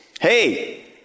hey